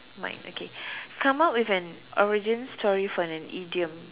mine okay come up with an origin story for an idiom